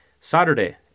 Saturday